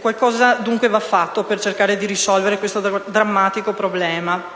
Qualcosa dunque va fatto per cercare di risolvere questo drammatico problema.